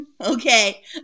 Okay